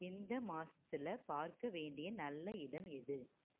இந்த மாசத்தில் பார்க்க வேண்டிய நல்ல இடம் எது